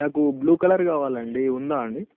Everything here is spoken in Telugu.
నాకు బ్లూ కలర్ కావాలండి ఉందా అండి